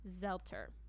Zelter